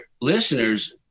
listeners